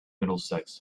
middlesex